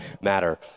matter